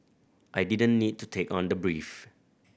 I didn't need to take on the brief